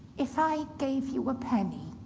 if i gave you a penny,